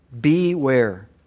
Beware